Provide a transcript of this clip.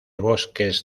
bosques